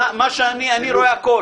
אני גם אומר את עמדתי.